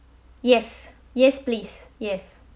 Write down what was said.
yes yes please yes